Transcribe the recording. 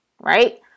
right